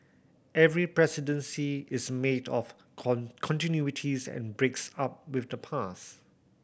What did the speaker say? every presidency is made up of continuities and breaks up with the past